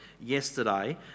yesterday